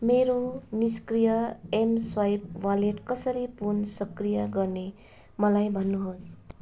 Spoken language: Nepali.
मेरो निष्क्रिय एम स्वाइप वालेट कसरी पुन सक्रिय गर्ने मलाई भन्नुहोस्